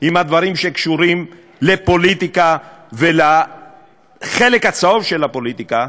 בדברים שקשורים לפוליטיקה ולחלק הצהוב של הפוליטיקה,